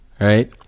Right